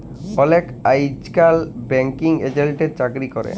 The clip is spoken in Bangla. অলেকে আইজকাল ব্যাঙ্কিং এজেল্টের চাকরি ক্যরে